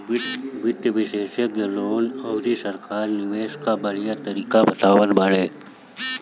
वित्त विशेषज्ञ लोगन अउरी सरकार के निवेश कअ बढ़िया तरीका बतावत बाने